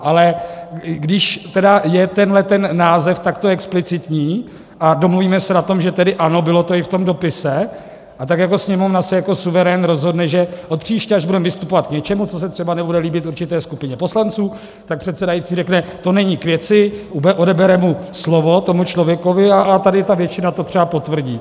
Ale když tedy je tenhle název takto explicitní a domluvíme se na tom, že tedy ano, bylo to i v tom dopise, tak jako Sněmovna se jako suverén rozhodne, že od příště, až budeme vystupovat k něčemu, co se třeba nebude líbit určité skupině poslanců, tak předsedající řekne to není k věci, odebere mu slovo, tomu člověku, a tady ta většina to třeba potvrdí?